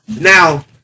Now